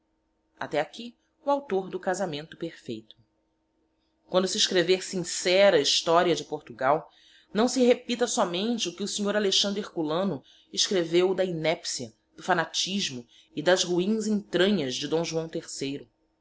até aqui o author do casamento perfeito quando se escrever sincera historia de portugal não se repita sómente o que o snr a herculano escreveu da inepcia do fanatismo e das ruins entranhas de d joão